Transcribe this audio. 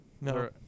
No